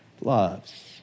loves